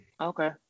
Okay